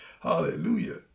Hallelujah